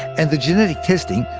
and the genetic testing,